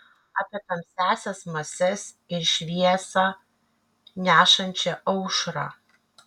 apie tamsiąsias mases ir šviesą nešančią aušrą